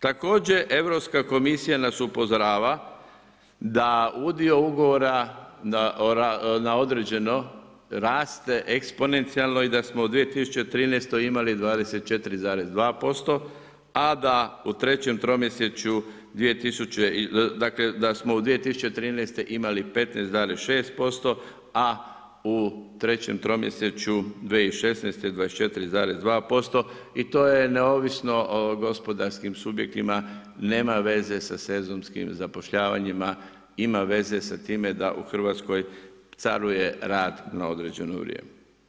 Također Europska komisija nas upozorava da udio ugovora na određeno raste eksponencionalno i da smo u 2013. imali 24,2%, a da u trećem tromjesečju, dakle da smo 2013. imali 15,6%, a u trećem tromjesečju 2016. 24,2% i to je neovisno o gospodarskim subjektima, nema veze sa sezonskim zapošljavanjima, ima veze sa time da u Hrvatskoj caruje rad na određeno vrijeme.